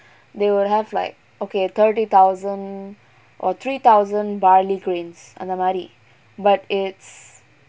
they will have like okay thirty thousand or three thousand barley grains on the but it's